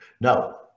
no